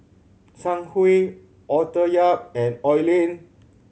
Zhang Hui Arthur Yap and Oi Lin